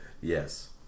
Yes